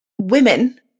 women